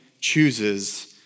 chooses